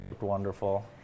wonderful